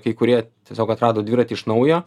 kai kurie tiesiog atrado dviratį iš naujo